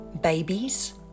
babies